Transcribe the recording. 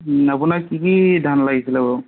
আপোনাক কি কি ধান লাগিছিলে বাৰু